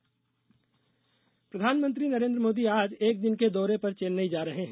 प्रधानमंत्री प्रधानमंत्री नरेंद्र मोदी आज एक दिन के दौरे पर चेन्नई जा रहे हैं